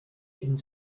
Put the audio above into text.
une